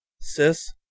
Sis